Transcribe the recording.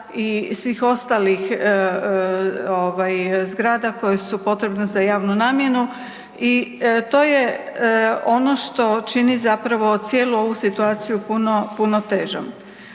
i svih ostalih zgrada koje su potrebne za javnu namjenu i to je ono što čini zapravo cijelu ovu situaciju puno težom.